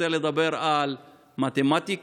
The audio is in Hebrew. רוצה לדבר על מתמטיקה,